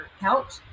couch